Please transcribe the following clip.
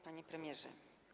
Panie Premierze!